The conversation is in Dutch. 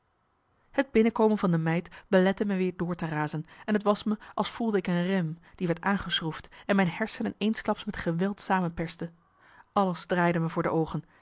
het binnenkomen van de meid belette me weer door te razen en t was me als voelde ik een rem die marcellus emants een nagelaten bekentenis werd aangeschroefd en mijn hersenen eensklaps met geweld samenperste alles draaide me voor de oogen